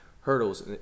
hurdles